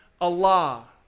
Allah